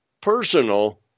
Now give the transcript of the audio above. personal